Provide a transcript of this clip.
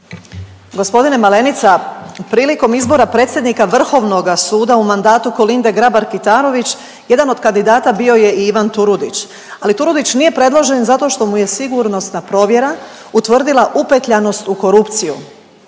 Gospodine Malenica, prilikom izbora predsjednika Vrhovnoga suda u mandatu Kolinde Grabar Kitarović jedan od kandidata bio je i Ivan Turudić, ali Turudić nije predložen zato što mu je sigurnosna provjera utvrdila upetljanost u korupciju.